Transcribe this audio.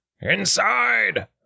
Inside